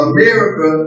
America